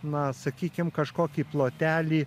na sakykim kažkokį plotelį